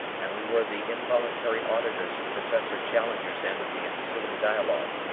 and we were the involuntary auditors of professor challenger's end of the ensuing dialogue.